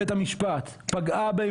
ההלכה הזו פגעה בבית המשפט,